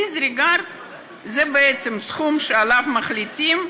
disregard זה בעצם סכום שעליו מחליטים,